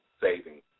savings